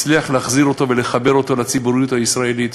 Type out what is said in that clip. הצליחה להחזיר אותו ולחבר אותו לציבוריות הישראלית.